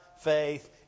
faith